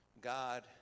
God